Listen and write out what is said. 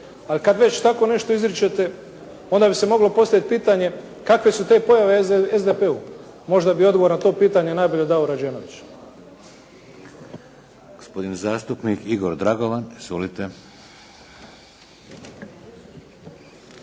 Ali kad već tako nešto izričete, onda bi se moglo postaviti pitanje kakve su te pojave SDP-u. Možda bi odgovor na to pitanje najbolje dao Rađenović.